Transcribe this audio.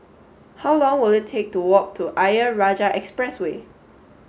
how long will it take to walk to Ayer Rajah Expressway